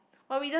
but we just